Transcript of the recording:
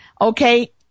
Okay